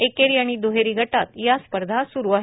एकेरी आणि द्रहेरी गटात या स्पर्धा सूरु आहेत